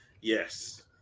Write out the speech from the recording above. Yes